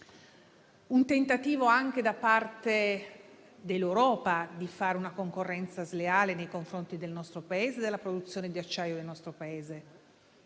un tentativo anche da parte dell'Europa di fare una concorrenza sleale nei confronti del nostro Paese e della nostra produzione di acciaio. Però delle